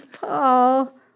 Paul